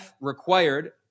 required